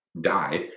die